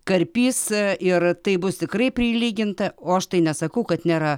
karpys ir taip bus tikrai prilyginta o štai nesakau kad nėra